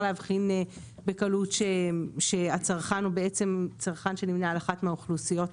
להבחין בקלות שהצרכן הוא בעצם צרכן שנמנה על אחת מהאוכלוסיות האלה,